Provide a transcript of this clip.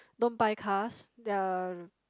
don't buy cars they're